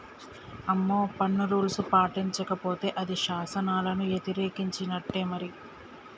అమ్మో పన్ను రూల్స్ పాటించకపోతే అది శాసనాలను యతిరేకించినట్టే మరి